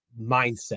mindset